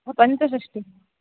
पञ्चषष्टिः